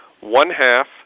one-half